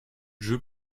jeu